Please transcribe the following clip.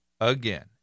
again